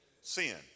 Sin